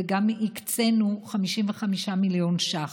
וגם הקצינו 55 מיליון שקל.